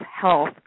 health